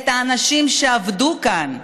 את האנשים שעבדו כאן,